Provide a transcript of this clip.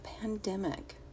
pandemic